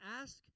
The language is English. ask